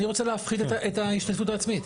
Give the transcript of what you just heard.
אני רוצה להפחית את ההשתתפות העצמית.